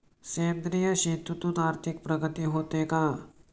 सेंद्रिय शेतीतून आर्थिक प्रगती होते का?